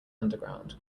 underground